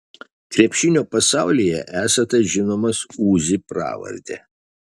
krepšinio pasaulyje esate žinomas uzi pravarde